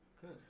Good